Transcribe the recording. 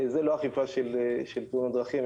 זו לא אכיפה של תאונות דרכים,